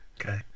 Okay